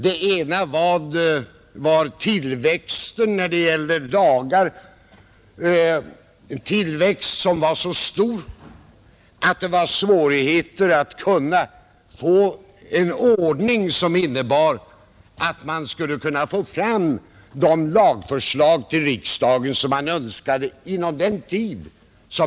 Den ena var att tillväxten av antalet lagar var så stor att det förelåg svårigheter att få fram de lagförslag man önskade till riksdagen inom rimlig tid.